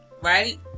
right